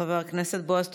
חבר הכנסת בועז טופורובסקי,